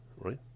right